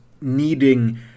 needing